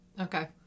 Okay